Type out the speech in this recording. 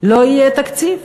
לא יהיה תקציב.